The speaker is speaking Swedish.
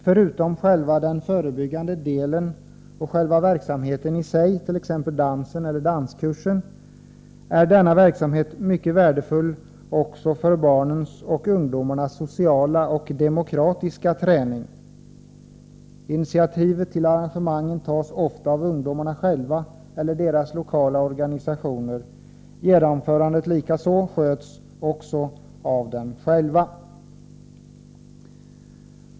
Bortsett från den förebyggande delen och från verksamheten i sig, t.ex. dans eller en danskurs, är en verksamhet av detta slag mycket värdefull för barns och ungdomars sociala och demokratiska träning. Ofta är det ungdomarna själva eller deras lokala organisationer som tar initiativ till olika arrangemang. Likaså är det ungdomarna själva som står för genomförandet.